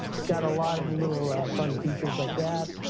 it's got a lot of little fun features like that,